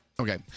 Okay